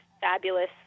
fabulous